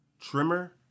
Trimmer